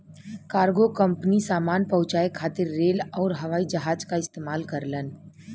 cargo company सामान पहुंचाये खातिर रेल आउर हवाई जहाज क इस्तेमाल करलन